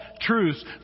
truths